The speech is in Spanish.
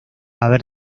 haber